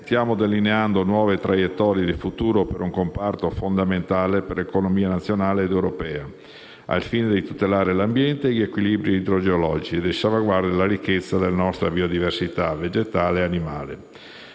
stiamo delineando nuove traiettorie di futuro per un comparto fondamentale per l'economia nazionale ed europea, al fine di tutelare l'ambiente e gli equilibri idrogeologici e di salvaguardare la ricchezza della nostra biodiversità vegetale e animale.